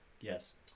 Yes